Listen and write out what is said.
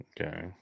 Okay